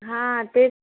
हां तेच